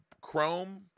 Chrome